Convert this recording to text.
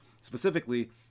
specifically